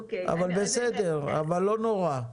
בסדר, אבל לא נורא.